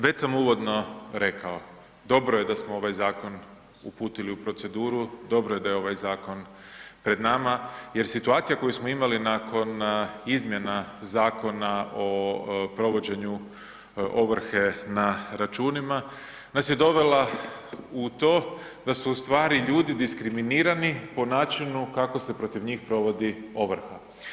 Već sam uvodno rekao, dobro je da smo ovaj zakon uputili u proceduru, dobro je da je ovaj zakon pred nama jer situacija koju smo imali nakon izmjena Zakona o provođenju ovrhe na računima nas je dovela u to da su ustvari ljudi diskriminirani po načinu kako se protiv njih provodi ovrha.